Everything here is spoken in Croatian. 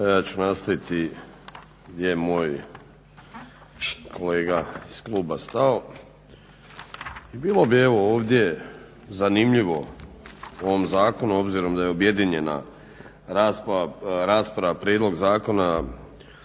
ja ću nastaviti gdje je moj kolega iz kluba stao. Bilo bi ovdje zanimljivo u ovom zakonu obzirom da je objedinjena rasprava, Prijedlog zakona